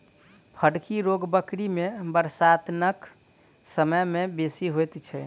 फड़की रोग बकरी मे बरसातक समय मे बेसी होइत छै